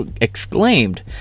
exclaimed